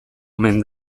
omen